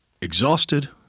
exhausted